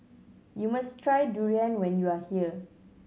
you must try durian when you are here